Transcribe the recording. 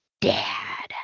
dad